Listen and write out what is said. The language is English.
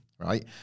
right